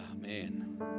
man